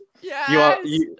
Yes